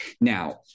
Now